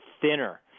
thinner